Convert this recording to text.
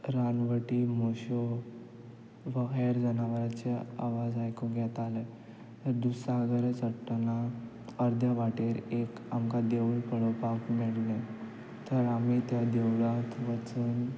रानवटी म्हश्यो वा हेर जनावरांचे आवाज आयकूंक येताले दुधसागर चडटाना अर्दे वाटेर एक आमकां देवूळ पळोवपाक मेळ्ळें तर आमी त्या देवळांत वचून